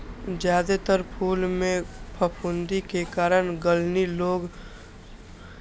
जादेतर फूल मे फफूंदी के कारण गलनी रोग लागि जाइ छै, जइसे गाछ सड़ि जाइ छै